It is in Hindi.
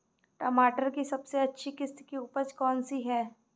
टमाटर की सबसे अच्छी किश्त की उपज कौन सी है?